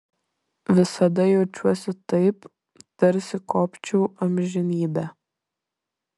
visada jaučiuosi taip tarsi kopčiau amžinybę